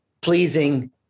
pleasing